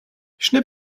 schnipp